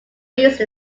use